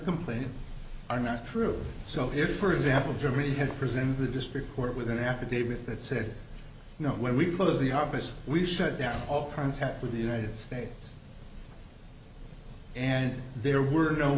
complaint are not true so if for example germany had presented the district court with an affidavit that said no when we close the office we shut down all contact with the united states and there were no